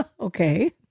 Okay